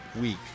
week